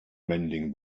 mending